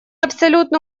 абсолютно